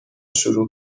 شروع